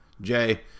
Jay